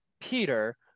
Peter